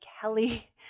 Kelly